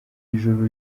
ijoro